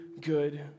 good